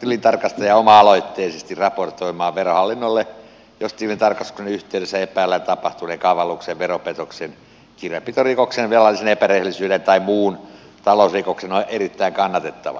tilintarkastaja oma aloitteisesti raportoimaan verohallinnolle jos tilintarkastuksen yh teydessä epäillään tapahtuneen kavalluksen ve ropetoksen kirjanpitorikoksen velallisen epärehellisyyden tai muun talousrikoksen on erittäin kannatettava